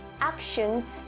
actions